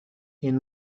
این